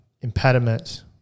impediment